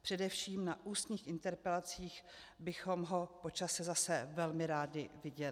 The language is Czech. Především na ústních interpelacích bychom ho po čase zase velmi rádi viděli.